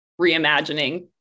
reimagining